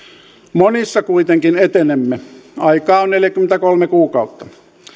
monissa kuitenkin etenemme aikaa on neljäkymmentäkolme kuukautta